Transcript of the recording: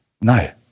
No